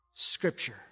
Scripture